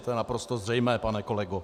To je naprosto zřejmé, pane kolego.